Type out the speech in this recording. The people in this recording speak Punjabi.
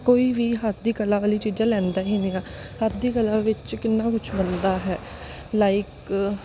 ਕੋਈ ਵੀ ਹੱਥ ਦੀ ਕਲਾ ਵਾਲੀ ਚੀਜ਼ਾਂ ਲੈਂਦਾ ਹੀ ਨੀਗਾ ਹੱਥ ਦੀ ਕਲਾ ਵਿੱਚ ਕਿੰਨਾ ਕੁਛ ਬਣਦਾ ਹੈ ਲਾਈਕ